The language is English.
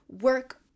work